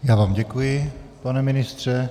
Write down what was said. Já vám děkuji, pane ministře.